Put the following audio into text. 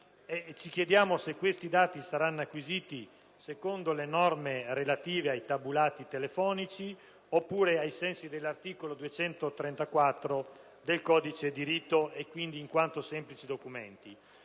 si chiede se questi dati saranno acquisiti secondo le norme relative ai tabulati telefonici oppure ai sensi dell'articolo 234 del codice di rito e dunque in quanto semplici documenti.